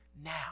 now